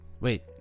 Wait